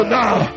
now